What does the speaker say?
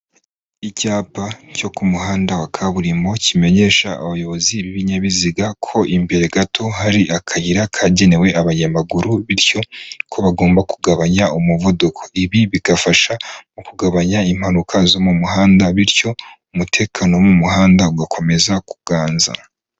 Icyapa cyo ku muhanda wa kaburimbo kimenyesha abayobozi b'ibinyabiziga ko imbere gato hari akayira kagenewe abanyamaguru bityo ko bagomba kugabanya umuvuduko ibi bigafasha mu kugabanya impanuka zo mu muhanda bityo umutekano mu muhanda ugakomeza kuganza.